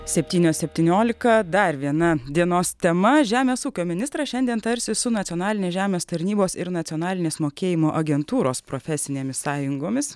septynios septyniolika dar viena dienos tema žemės ūkio ministras šiandien tarsis su nacionalinės žemės tarnybos ir nacionalinės mokėjimo agentūros profesinėmis sąjungomis